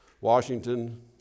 Washington